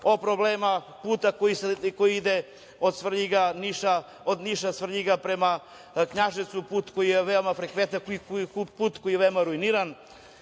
o problemima puta koji ide od Niša, Svrljiga prema Knjaževcu, put koji je veoma frekventan,